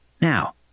Now